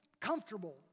comfortable